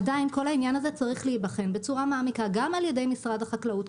עדיין כל העניין הזה צריך להיבחן בצורה מעמיקה גם על ידי משרד החקלאות.